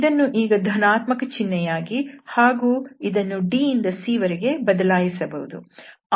ಇದನ್ನು ಈಗ ಧನಾತ್ಮಕ ಚಿಹ್ನೆಯಾಗಿ ಹಾಗೂ ಇದನ್ನು d ಇಂದ c ವರೆಗೆ ಬದಲಾಯಿಸಬಹುದು